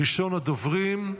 ראשון הדוברים,